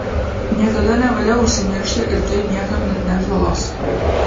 niekada nevalia užsimiršti ir tai niekam neatneš žalos